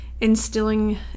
instilling